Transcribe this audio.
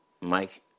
Mike